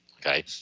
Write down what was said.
Okay